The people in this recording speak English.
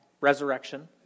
resurrection